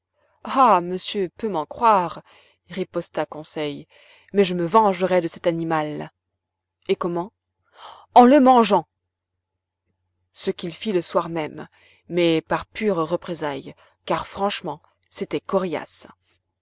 ah monsieur peut m'en croire riposta conseil mais je me vengerai de cet animal et comment en le mangeant ce qu'il fit le soir même mais par pure représaille car franchement c'était coriace